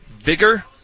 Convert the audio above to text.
vigor